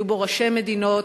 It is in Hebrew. היו בו ראשי מדינות,